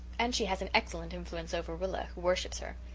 and she has an excellent influence over rilla who worships her.